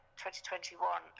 2021